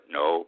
no